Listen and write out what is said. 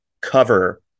cover